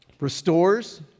restores